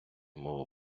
мову